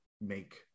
make